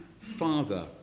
Father